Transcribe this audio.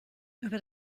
über